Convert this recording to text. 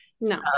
No